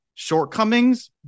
shortcomings